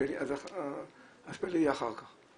אז פלי יהיה אחר כך.